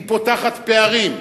היא פותחת פערים.